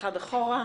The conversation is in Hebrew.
אחד אחורה,